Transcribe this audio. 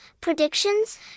Predictions